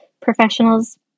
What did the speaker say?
professionals